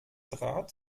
draht